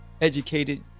educated